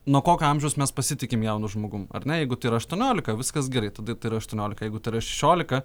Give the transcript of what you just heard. nuo kokio amžiaus mes pasitikim jaunu žmogum ar ne jeigu tai yra aštuoniolika viskas gerai tada tai yra aštuoniolika jeigu tai yra šešiolika